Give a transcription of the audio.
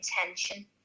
intention